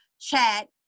chat